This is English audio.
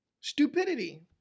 Stupidity